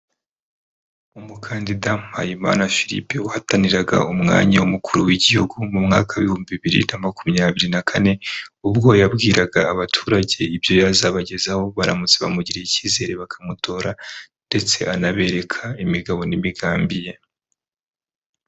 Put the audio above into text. Umukandida Mpayimana Philippe wahataniraga umwanya w'umukuru w'igihugu mu mwaka ibihumbi bibiri na makumyabiri na kane, ubwo yabwiraga abaturage ibyo yazabagezaho, baramutse bamugiriye icyizere bakamutora ndetse anabereka imigabo n'imigambi ye.